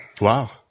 Wow